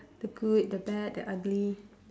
the good the bad the ugly